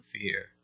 fear